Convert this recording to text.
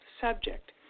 subject